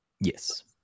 Yes